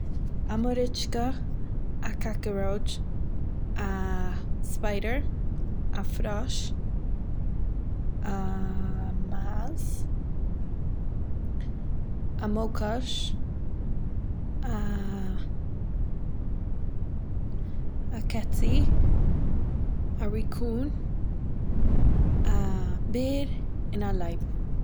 א מאריטשקע, א קאקארויטש, א ספיידער, א פראש, א... מייז, א מאויקאש, א... א קעצי, א רעקאן, א.. בער, און א לייב.